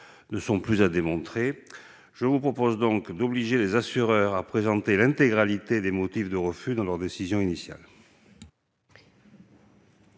ne sont plus à démontrer. Je propose donc d'obliger les assureurs à présenter l'intégralité des motifs de refus dans leur décision initiale.